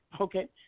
Okay